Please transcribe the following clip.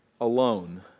alone